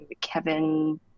Kevin